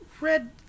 Red